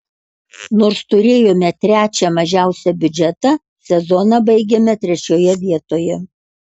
nors turėjome trečią mažiausią biudžetą sezoną baigėme trečioje vietoje